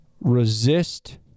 resist